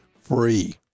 Free